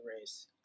race